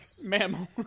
Mammal